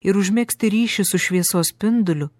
ir užmegzti ryšį su šviesos spinduliu